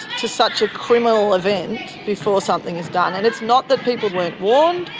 to such a criminal event before something is done, and it's not that people weren't warned.